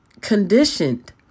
conditioned